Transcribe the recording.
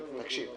תקשיב.